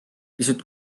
pisut